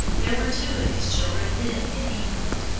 there were two of his children then in england,